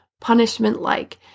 punishment-like